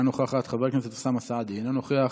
אינה נוכחת, חבר הכנסת אוסאמה סעדי, אינו נוכח,